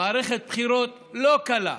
מערכת בחירות לא קלה,